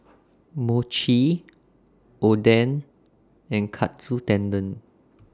Mochi Oden and Katsu Tendon